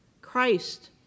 Christ